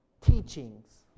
teachings